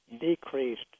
decreased